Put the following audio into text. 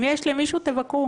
אם יש למישהו ביקורת תבקרו.